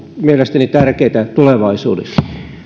mielestäni tärkeitä tulevaisuudessa